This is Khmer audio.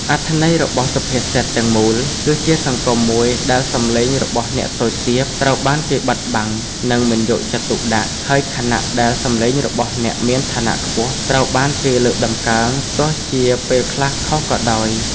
អត្ថន័យរបស់សុភាសិតទាំងមូលគឺ ជាសង្គមមួយដែលសំឡេងរបស់អ្នកតូចទាបត្រូវបានគេបិទបាំង និងមិនយកចិត្តទុកដាក់ ហើយខណៈដែលសំឡេងរបស់អ្នកមានឋានៈខ្ពស់ត្រូវបានគេលើកតម្កើង ទោះជាពេលខ្លះខុសក៏ដោយ។